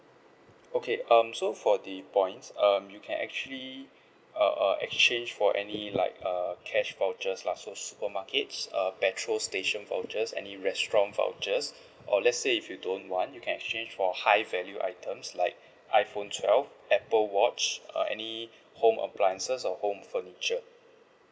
okay um so for the points um you can actually uh uh exchange for any like err cash vouchers lah so supermarkets uh petrol station vouchers any restaurant vouchers or let's say if you don't want you can exchange for high value items like iphone twelve apple watch uh any home appliances or home furniture